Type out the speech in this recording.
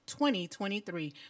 2023